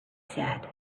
said